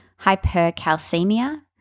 hypercalcemia